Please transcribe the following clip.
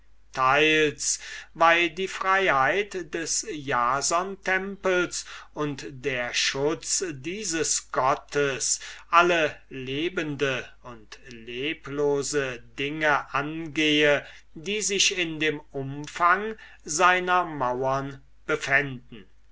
teils weil die freiheit des jasontempels und der schutz dieses gottes alle lebende und leblose dinge angehe die sich in dem umfang seiner mauern befänden